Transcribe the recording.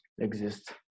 exist